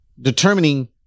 determining